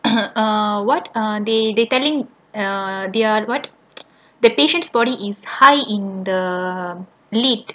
err what uh they they telling err they are what the patient body is high in the lead